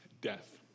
death